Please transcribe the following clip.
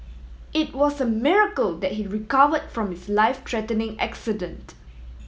it was a miracle that he recover from his life threatening accident